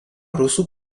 rusų